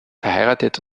verheiratet